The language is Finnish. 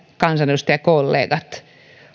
kansanedustajakollegat